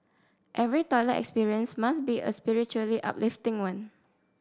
every toilet experience must be a spiritually uplifting one